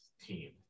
team